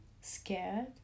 scared